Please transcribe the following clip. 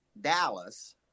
Dallas